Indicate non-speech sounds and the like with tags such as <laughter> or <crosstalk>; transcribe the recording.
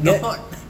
not <coughs>